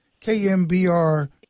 KMBR